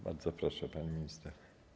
Bardzo proszę, pani minister.